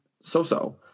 so-so